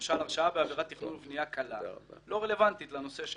למשל הרשעה בעבירת תכנון ובנייה קלה לא רלוונטית לנושא שלנו,